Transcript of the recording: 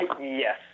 yes